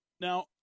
Now